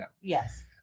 Yes